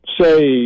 say